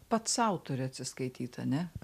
pats sau turi atsiskaityt ane